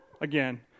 again